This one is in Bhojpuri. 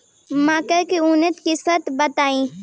मक्का के उन्नत किस्म बताई?